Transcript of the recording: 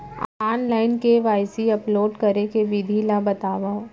Online KYC upload करे के विधि ला बतावव?